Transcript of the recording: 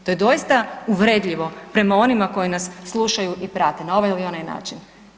To je doista uvredljivo prema onim koji nas slušaju i prate na ovaj ili onaj način.